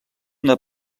una